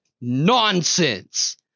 nonsense